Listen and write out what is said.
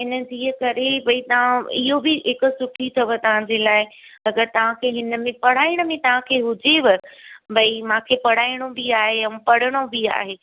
इन जे करे भई तव्हां इहो बि हिकु सुठी अथव तव्हां जे लाइ अगरि तव्हां खे हिन में पढ़ाइण में तव्हां खे हुजेव भई मूंखे पढ़ाइणो बि आहे ऐं पढ़ण बि आहे